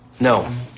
No